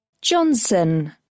Johnson